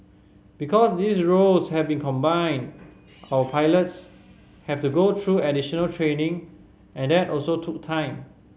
because these roles have been combined our pilots have to go through additional training and that also took time